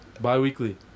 Bi-weekly